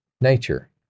nature